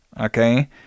Okay